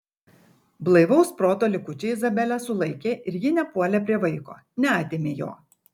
blaivaus proto likučiai izabelę sulaikė ir ji nepuolė prie vaiko neatėmė jo